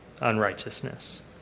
unrighteousness